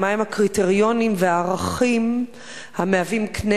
מהם הקריטריונים והערכים המהווים קנה